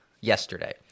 yesterday